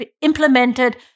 implemented